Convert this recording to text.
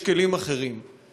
יש כלים אחרים.